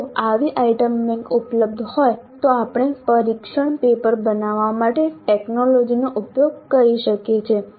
જો આવી item bank ઉપલબ્ધ હોય તો આપણે પરીક્ષણ પેપર બનાવવા માટે ટેકનોલોજીનો ઉપયોગ કરી શકીએ છીએ